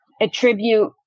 attribute